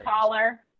caller